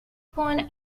pond